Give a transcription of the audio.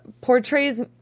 portrays